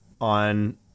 on